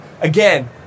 again